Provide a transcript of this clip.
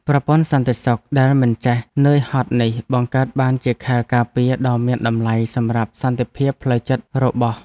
ប្រព័ន្ធសន្តិសុខដែលមិនចេះនឿយហត់នេះបង្កើតបានជាខែលការពារដ៏មានតម្លៃសម្រាប់សន្តិភាពផ្លូវចិត្តរបស់។